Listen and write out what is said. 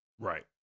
Right